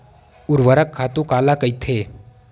ऊर्वरक खातु काला कहिथे?